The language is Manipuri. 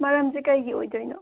ꯃꯔꯝꯁꯦ ꯀꯔꯤꯒꯤ ꯑꯣꯏꯗꯣꯏꯅꯣ